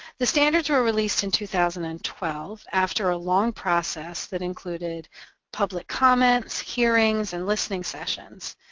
the standards were released in two thousand and twelve after a long process that included public comments, hearings, and listening sessions.